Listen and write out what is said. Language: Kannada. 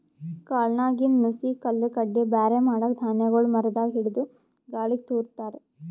ಕಾಳ್ನಾಗಿಂದ್ ನುಸಿ ಕಲ್ಲ್ ಕಡ್ಡಿ ಬ್ಯಾರೆ ಮಾಡಕ್ಕ್ ಧಾನ್ಯಗೊಳ್ ಮರದಾಗ್ ಹಿಡದು ಗಾಳಿಗ್ ತೂರ ತಾರ್